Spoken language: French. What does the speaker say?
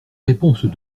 réponse